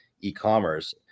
e-commerce